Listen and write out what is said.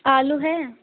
आलू है